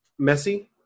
Messi